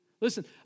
Listen